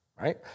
right